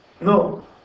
No